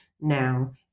now